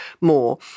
more